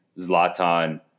Zlatan